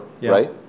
right